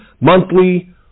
monthly